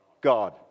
God